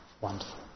Wonderful